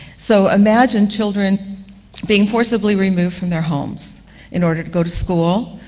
so, imagine children being forcibly removed from their homes in order to go to school,